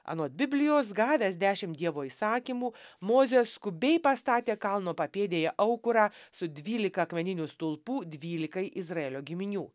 anot biblijos gavęs dešimt dievo įsakymų mozė skubiai pastatė kalno papėdėje aukurą su dvylika akmeninių stulpų dvylikai izraelio giminių